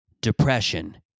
Depression